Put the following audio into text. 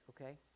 okay